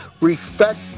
respect